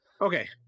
Okay